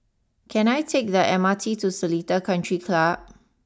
can I take the M R T to Seletar country Club